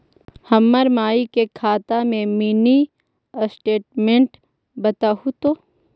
हमर माई के खाता के मीनी स्टेटमेंट बतहु तो?